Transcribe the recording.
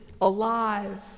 alive